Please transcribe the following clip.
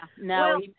no